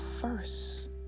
first